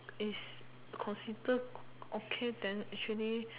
is consider okay then actually